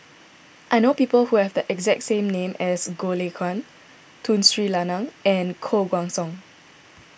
I know people who have the exact name as Goh Lay Kuan Tun Sri Lanang and Koh Guan Song